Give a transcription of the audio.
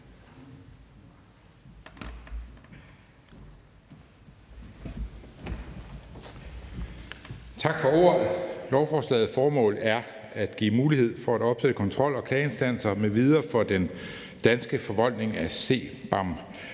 Tak for ordet. Lovforslagets formål er at give mulighed for at opsætte kontrol- og klageinstanser m.v. for den danske forvaltning af CBAM.